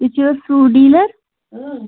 تُہۍ چھُو حظ ہُہ ڈیٖلَر